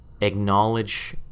acknowledge